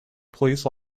please